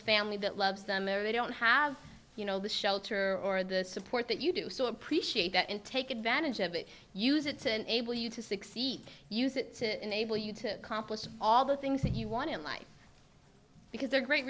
family that loves them or they don't have you know the shelter or the support that you do so appreciate that and take advantage of it use it to enable you to succeed use it to enable you to compost all the things that you want in life because they're great